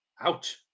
Ouch